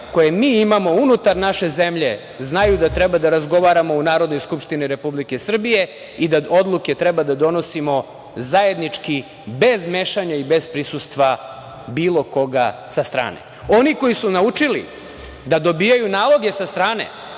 koje mi imamo unutar naše zemlje, znaju da treba da razgovaramo u Narodnoj skupštini Republike Srbije i da odluke treba da donosimo zajednički bez mešanja i bez prisustva bilo koga sa strane. Oni koji su naučili da dobijaju naloge sa strane,